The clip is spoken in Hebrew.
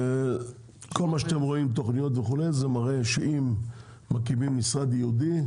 וכל מה שאתם רואים תוכניות וכו' זה מראה שאם מקימים משרד ייעודי,